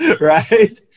Right